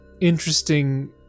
interesting